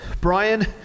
Brian